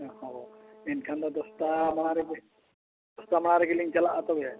ᱦᱳᱭ ᱢᱮᱱᱠᱷᱟᱱ ᱫᱚ ᱫᱚᱥᱴᱟ ᱢᱟᱲᱟᱝ ᱨᱮ ᱫᱚᱥᱴᱟ ᱢᱟᱲᱟᱝ ᱨᱮᱜᱮᱞᱤᱧ ᱪᱟᱞᱟᱜᱼᱟ ᱛᱚᱵᱮ